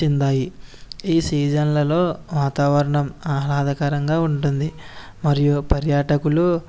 చెందాయి ఈ సీజన్లలో వాతావరణం ఆహ్లాదకరంగా ఉంటుంది మరియు పర్యాటకులు